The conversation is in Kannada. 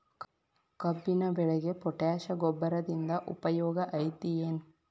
ಕಬ್ಬಿನ ಬೆಳೆಗೆ ಪೋಟ್ಯಾಶ ಗೊಬ್ಬರದಿಂದ ಉಪಯೋಗ ಐತಿ ಏನ್?